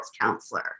counselor